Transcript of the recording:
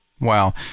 Wow